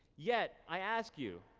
yet, i ask you,